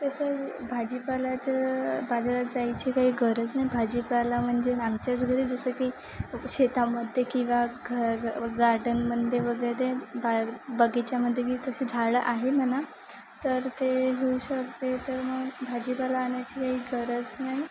तसं भाजीपालाचं बाजारात जायची काही गरज नाही भाजीपाला म्हणजे आमच्याच घरी जसं की शेतामध्ये किंवा गार्डनमध्ये वगैरे बा बगीचामध्ये की तशी झाडं आहे म्हणा तर ते घेऊ शकते तर मग भाजीपाला आणायची काही गरज नाही